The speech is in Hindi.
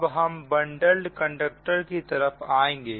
अब हम बंडल्ड कंडक्टर की तरफ आएंगे